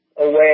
away